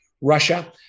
Russia